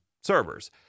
servers